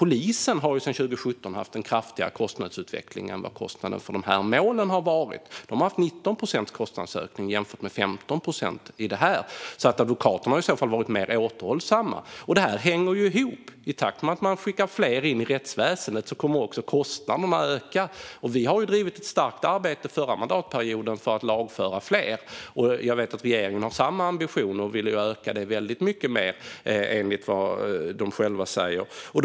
Polisen har sedan 2017 haft en kraftigare kostnadsutveckling än kostnaderna för dessa mål; polisen har haft 19 procents kostnadsökning, jämfört med 15 procents ökning i detta. Advokaterna har alltså i så fall varit mer återhållsamma. Detta hänger ju ihop: I takt med att man skickar in fler i rättsväsendet kommer också kostnaderna att öka. Vi bedrev ett starkt arbete under den förra mandatperioden för att lagföra fler, och enligt vad regeringen själv säger har den samma ambition och vill öka antalet lagförda väldigt mycket mer.